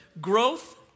Growth